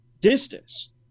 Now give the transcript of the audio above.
distance